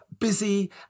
busy